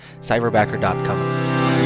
cyberbacker.com